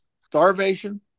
Starvation